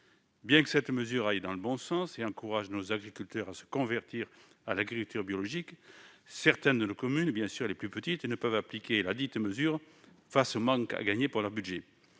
Bien que cette mesure aille dans le bon sens, car elle encourage nos agriculteurs à se convertir à l'agriculture biologique, certaines de nos communes, les plus petites, ne peuvent l'appliquer, compte tenu du manque à gagner qu'elle